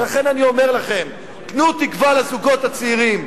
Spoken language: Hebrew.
לכן אני אומר לכם: תנו תקווה לזוגות הצעירים.